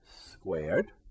squared